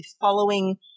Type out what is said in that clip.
following